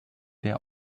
der